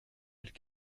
mille